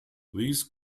these